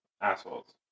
assholes